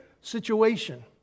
situation